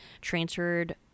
transferred